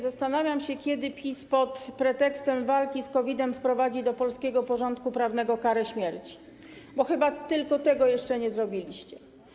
Zastanawiam się, kiedy PiS pod pretekstem walki z COVID-em wprowadzi do polskiego porządku prawnego karę śmierci, bo chyba tylko tego jeszcze nie zrobiliście.